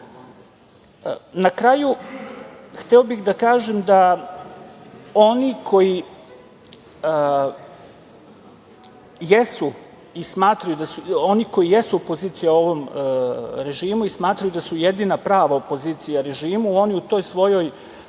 kraju, hteo bih da kažem da oni koji jesu opozicija u ovom režimu i smatraju da su jedina prava opozicija režimu, oni u toj svojoj